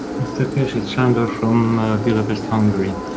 mr keshe, it's sandor from budapest, hungary.